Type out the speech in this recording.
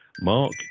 Mark